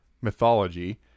mythology